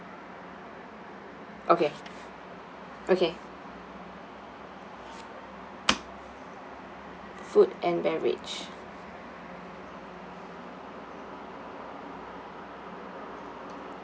okay okay food and beverage